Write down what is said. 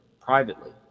privately